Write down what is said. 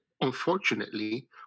unfortunately